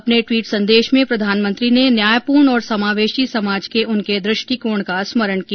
अपने ट्वीट संदेश में प्रधानमंत्री ने न्यायपूर्ण और समावेशी समाज के उनके दृष्टिकोण का स्मरण किया